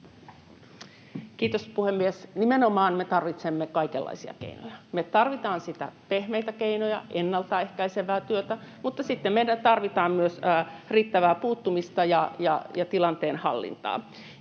Kiitos, puhemies! Me tarvitsemme nimenomaan kaikenlaisia keinoja. Me tarvitsemme pehmeitä keinoja, ennalta ehkäisevää työtä, mutta sitten meillä tarvitaan myös riittävää puuttumista ja tilanteen hallintaa.